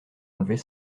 enlever